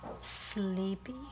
Sleepy